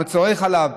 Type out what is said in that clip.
מוצרי חלב,